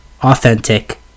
authentic